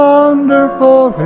Wonderful